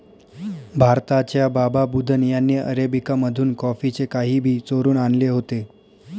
भारताच्या बाबा बुदन यांनी अरेबिका मधून कॉफीचे काही बी चोरून आणले होते